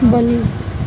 بلی